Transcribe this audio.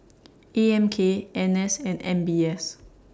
A M K N S and M B S